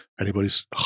anybody's